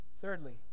Thirdly